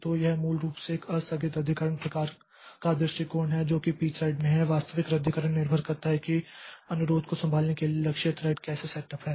तो यह मूल रूप से एक आस्थगित रद्दीकरण प्रकार का दृष्टिकोण है जो कि pthread में है वास्तविक रद्दीकरण निर्भर करता है कि अनुरोध को संभालने के लिए लक्ष्य थ्रेड कैसे सेटअप है